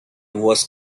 was